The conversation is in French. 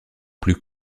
plus